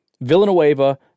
Villanueva